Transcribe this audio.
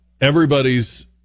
everybody's